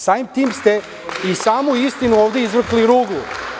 Samim tim ste i samu istinu ovde izvrgli ruglu.